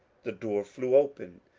the door flew open,